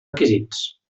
requisits